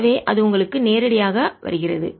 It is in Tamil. எனவே அது உங்களுக்கு நேரடியாக வருகிறது